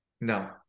No